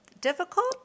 difficult